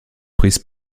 prises